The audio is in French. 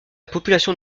population